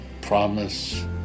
promise